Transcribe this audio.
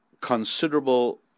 considerable